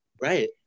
right